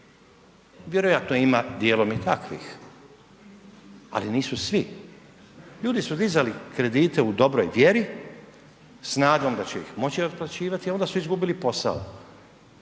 Vjerojatno ima dijelom i takvih, ali nisu svi. Ljudi su dizali kredite u dobroj vjeri, s nadom da će ih moći otplaćivati, a onda su izgubili posao